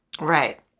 Right